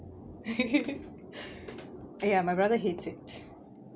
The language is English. ya my brother hates it